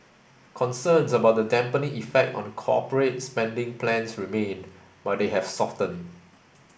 concerns about the dampening effect on the corporate spending plans remain but they have softened